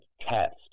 test